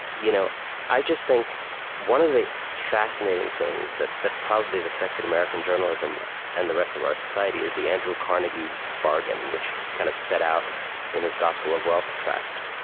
you know i just think one of the fascinating things that that probably has affected american journalism and the rest of our society is the andrew carnegie bargain, which he kind of set out in his gospel of wealth tract,